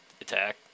attack